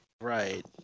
Right